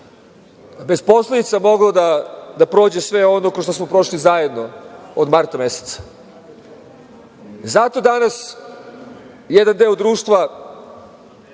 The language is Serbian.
bez posledica moglo da prođe sve ono kroz šta smo prošli zajedno od marta meseca. Zato danas jedan deo društva